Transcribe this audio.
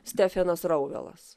stefenas rouvelas